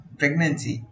pregnancy